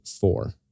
four